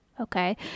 Okay